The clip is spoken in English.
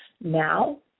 now